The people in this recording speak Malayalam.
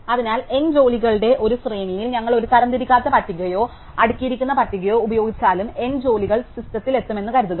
അതിനാൽ N ജോലികളുടെ ഒരു ശ്രേണിയിൽ ഞങ്ങൾ ഒരു തരംതിരിക്കാത്ത പട്ടികയോ അടുക്കിയിരിക്കുന്ന പട്ടികയോ ഉപയോഗിച്ചാലും N ജോലികൾ സിസ്റ്റത്തിൽ എത്തുമെന്ന് കരുതുക